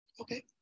Okay